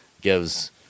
gives